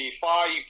five